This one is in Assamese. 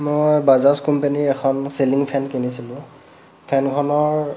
মই বাজাজ কোম্পানীৰ এখন চিলিং ফেন কিনিছিলোঁ ফেনখনৰ